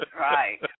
Right